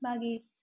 ꯃꯥꯒꯤ